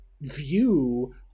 view